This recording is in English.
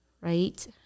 right